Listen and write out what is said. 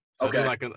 Okay